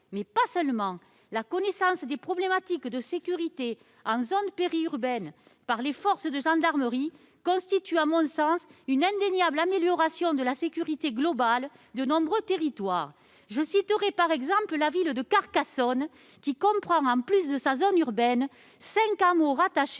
insuffisant. La connaissance des problématiques de sécurité en zone périurbaine par les forces de gendarmerie constitue, à mon sens, une indéniable amélioration de la sécurité globale de nombreux territoires. Je citerai ainsi la ville de Carcassonne qui comprend, en plus de sa zone urbaine, cinq hameaux rattachés